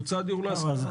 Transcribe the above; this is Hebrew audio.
המצב בהשכרה